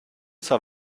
zur